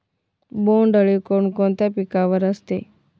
बोंडअळी कोणकोणत्या पिकावर असते?